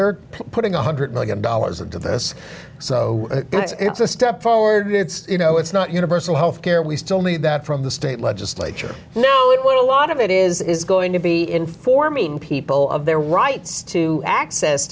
are putting a hundred million dollars into this so it's a step forward and it's you know it's not universal health care we still need that from the state legislature no it was a lot of it is going to be informing people of their rights to access